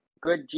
good